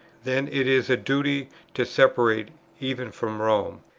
then it is a duty to separate even from rome.